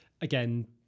Again